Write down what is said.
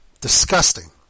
Disgusting